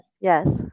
Yes